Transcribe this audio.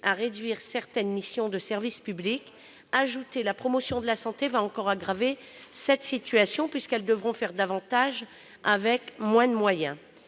réduire certaines missions de service public, ajouter la promotion de la santé va encore aggraver cette situation, puisqu'elles devront faire davantage avec moins de moyens.